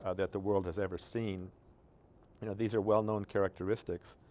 ah that the world has ever seen you know these are well-known characteristics